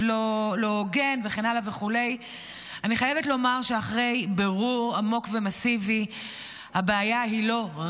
זה די ידוע ודי ברור שכל נושא בריאות הנפש בישראל הוא אחד